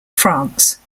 france